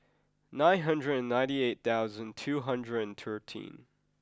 nine hundred and ninety eight thousand two hundred and thirteen